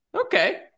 Okay